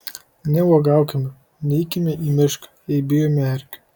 neuogaukime neikime į mišką jei bijome erkių